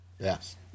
Yes